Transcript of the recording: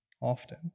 often